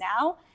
now